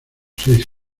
seis